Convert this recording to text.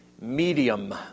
medium